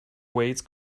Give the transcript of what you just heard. weights